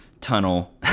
tunnel